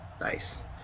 Nice